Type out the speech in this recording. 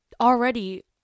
already